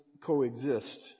coexist